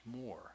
more